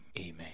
amen